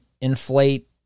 inflate